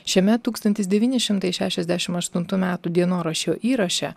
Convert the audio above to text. šiame tūkstantis devyni šimtai šešiasdešimt aštuntų metų dienoraščio įraše